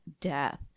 death